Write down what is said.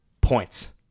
points